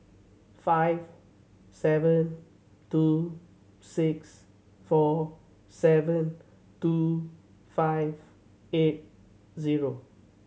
five seven two six four seven two five eight zero